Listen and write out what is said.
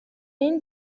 این